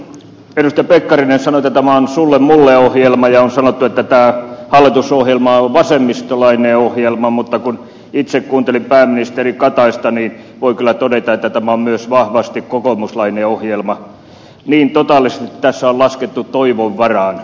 edustaja pekkarinen sanoi että tämä on sullemulle ohjelma ja on sanottu että tämä hallitusohjelma on vasemmistolainen ohjelma mutta kun itse kuuntelin pääministeri kataista niin voi kyllä todeta että tämä on myös vahvasti kokoomuslainen ohjelma niin totaalisesti tässä on laskettu toivon varaan